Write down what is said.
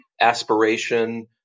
aspiration